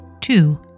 Two